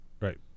Right